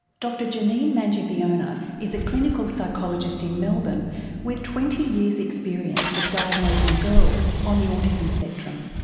dr janine manjiviona is a clinical psychologist in melbourne with twenty years experience of diagnosing girls on the autism spectrum.